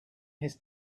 his